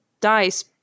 dice